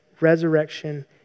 resurrection